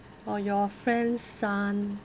or your friend's son